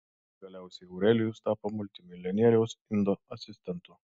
galiausiai aurelijus tapo multimilijonieriaus indo asistentu